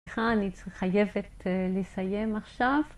אני חייבת לסיים עכשיו.